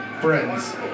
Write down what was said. Friends